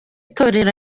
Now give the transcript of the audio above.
itorero